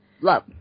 love